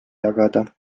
jagada